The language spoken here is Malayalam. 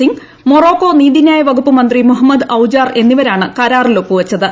സിംഗ് മൊറോക്കോ നീതിന്യായ വകുപ്പ് മന്ത്രി മുഹമ്മദ് ഔജ്ജാർ എന്നിവരാണ് കരാറിൽ ഒപ്പുവച്ചത്